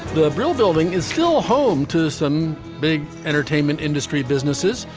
the brill building is still home to some big entertainment industry businesses.